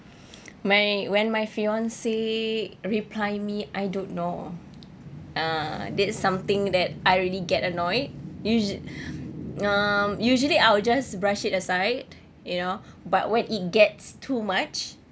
my when my fiance reply me I don't know uh that something that I really get annoyed usu~ uh usually I will just brush it aside you know but when it gets too much